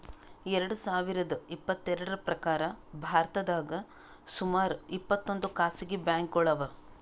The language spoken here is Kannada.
ಎರಡ ಸಾವಿರದ್ ಇಪ್ಪತ್ತೆರಡ್ರ್ ಪ್ರಕಾರ್ ಭಾರತದಾಗ್ ಸುಮಾರ್ ಇಪ್ಪತ್ತೊಂದ್ ಖಾಸಗಿ ಬ್ಯಾಂಕ್ಗೋಳು ಅವಾ